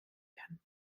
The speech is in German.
kann